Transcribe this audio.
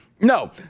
No